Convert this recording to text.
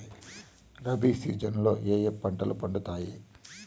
rabi season లో ఏ ఏ పంటలు పండుతాయి